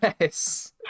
yes